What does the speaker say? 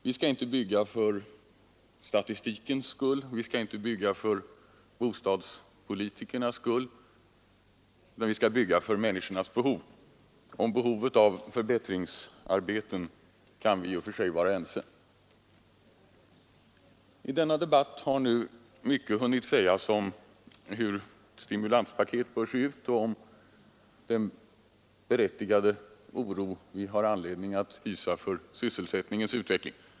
Vi skall inte bygga för statistikens skull, vi skall inte bygga för bostadspolitikernas skull, utan vi skall bygga för människornas behov. Om behovet av förbättringsarbeten kan vi i och för sig vara ense. I denna debatt har nu mycket hunnit sägas om hur ett stimulanspaket bör se ut och om den berättigade oron för sysselsättningens utveckling.